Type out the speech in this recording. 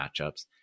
matchups